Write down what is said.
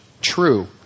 true